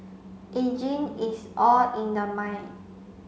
ageing is all in the mind